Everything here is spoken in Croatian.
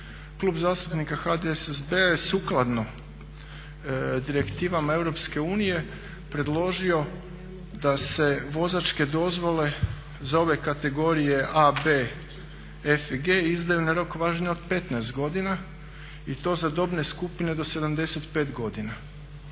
Klub zastupnika HDSSB-a je sukladno direktivama Europske unije predložio da se vozačke dozvole za ove kategorije AB, F i G izdaju na rok važenja od 15 godina i to za dobne skupine do 75 godina.